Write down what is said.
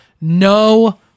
No